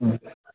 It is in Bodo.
ओम